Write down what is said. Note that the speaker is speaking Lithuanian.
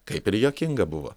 kaip ir juokinga buvo